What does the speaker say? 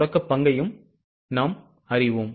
தொடக்க இருப்பு நாம் அறிவோம்